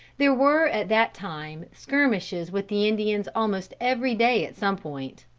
there were at that time skirmishes with the indians almost every day at some point.